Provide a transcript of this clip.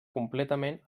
completament